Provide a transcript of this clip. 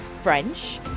French